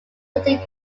continued